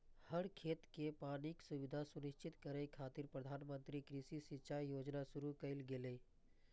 हर खेत कें पानिक सुविधा सुनिश्चित करै खातिर प्रधानमंत्री कृषि सिंचाइ योजना शुरू कैल गेलै